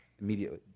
immediately